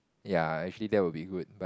ya actually that will be good but